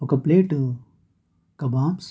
ఒక plate kebabs